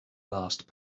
last